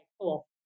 Cool